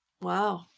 wow